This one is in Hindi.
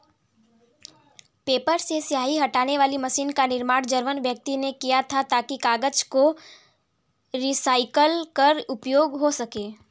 पेपर से स्याही हटाने वाली मशीन का निर्माण जर्मन व्यक्ति ने किया था ताकि कागज को रिसाईकल कर उपयोग हो सकें